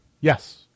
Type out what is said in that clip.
Yes